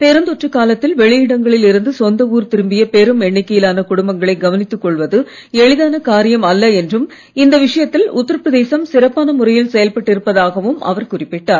பெருந்தொற்று காலத்தில் வெளியிடங்களில் இருந்து சொந்த ஊர் திரும்பிய பெரும் எண்ணிக்கையிலான குடும்பங்களை கவனித்துக் கொள்வது எளிதான காரியம் அல்ல என்றும் இந்த விஷயத்தில் உத்தரப் பிரதேசதம் சிறப்பான முறையில் செயல்பட்டு இருப்பதாகவும் அவர் குறிப்பிட்டார்